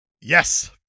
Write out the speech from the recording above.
Yes